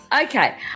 Okay